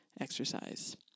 exercise